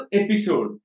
episode